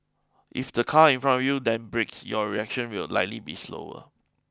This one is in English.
if the car in front of you then brakes your reaction will likely be slower